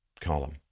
column